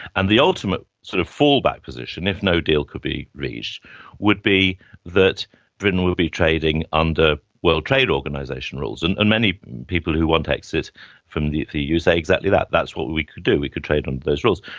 and the ultimate sort of fall-back position if no deal could be reached would be that britain will be trading under world trade organisation rules. and and many people who want exit from the the eu say exactly that, that's what we could do, we could trade under those rules.